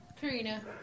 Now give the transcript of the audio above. Karina